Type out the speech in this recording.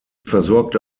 versorgte